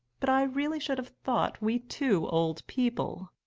but i really should have thought we two old people